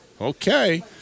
Okay